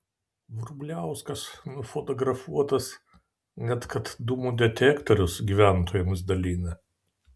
vrubliauskas nufotografuotas net kad dūmų detektorius gyventojams dalina